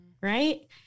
Right